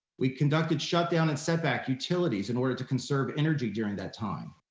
we conducted shutdown and setback utilities in order to conserve energy during that time.